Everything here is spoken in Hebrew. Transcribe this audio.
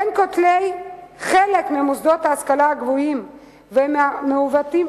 בין כותלי חלק ממוסדות ההשכלה הגבוהה והמעוותת הזאת,